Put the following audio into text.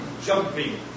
jumping